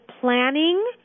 planning